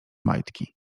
majtki